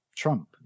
Trump